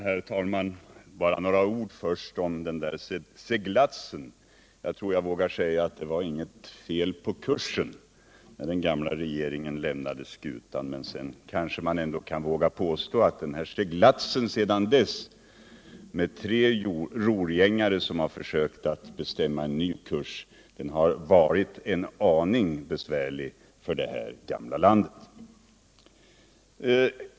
Herr talman! Först bara några ord om den där seglatsen. Jag tror jag vågar säga att det var inget fel på kursen när den gamla regeringen lämnade skutan, men att seglatsen sedan dess, med tre rorgängare som har försökt bestämma en ny kurs, har varit en aning besvärlig för det här gamla landet.